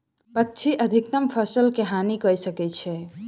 पक्षी अधिकतम फसिल के हानि कय सकै छै